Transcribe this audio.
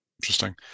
Interesting